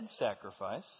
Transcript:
sacrifice